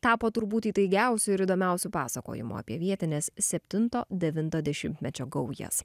tapo turbūt įtaigiausių ir įdomiausių pasakojimų apie vietines septinto devinto dešimtmečio gaujas